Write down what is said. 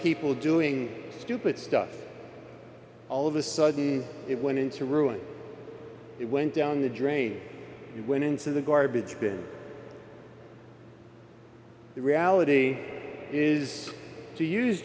people doing stupid stuff all of a sudden it went into ruin it went down the drain and went into the garbage bin the reality is to use